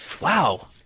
Wow